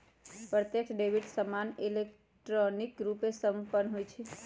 प्रत्यक्ष डेबिट सामान्य इलेक्ट्रॉनिक रूपे संपन्न होइ छइ